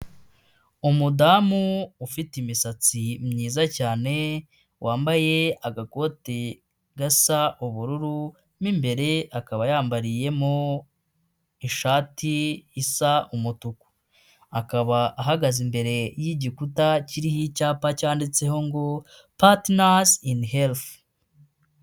Umudamu ufite imisatsi myiza cyane, wambaye agakote gasa ubururu, mo imbere akaba yambariyemo ishati isa umutuku. Akaba ahagaze imbere y'igikuta kiriho icyapa cyanditseho ngo patinazi ini herifu.